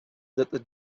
that